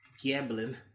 gambling